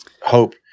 hope